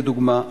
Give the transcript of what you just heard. לדוגמה: